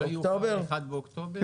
1 באוקטובר.